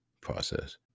process